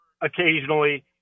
occasionally